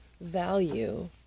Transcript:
value